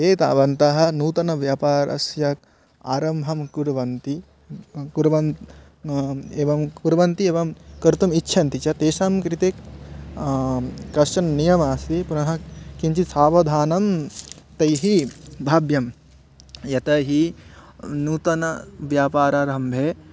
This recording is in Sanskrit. ये तावन्ताः नूतनव्यापारस्य आरम्भं कुर्वन्ति कुर्वन् एवं कुर्वन्ति एवं कर्तुम् इच्छन्ति च तेषां कृते कश्चननियमः अस्ति पुनः किञ्चित् सावधानं तैः भाव्यं यतो हि नूतनव्यापारारम्भे